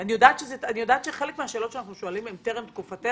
אני יודעת שחלק מהשאלות שאנחנו שואלים הן טרם תקופתך,